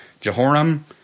Jehoram